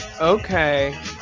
okay